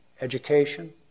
Education